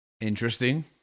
Interesting